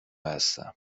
هستم